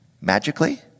magically